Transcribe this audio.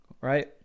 right